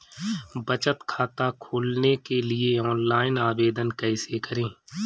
बचत खाता खोलने के लिए ऑनलाइन आवेदन कैसे करें?